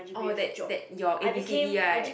oh that that your A B C D right